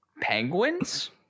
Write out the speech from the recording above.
Penguins